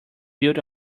built